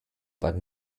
but